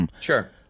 Sure